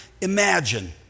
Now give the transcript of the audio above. Imagine